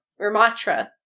Ramatra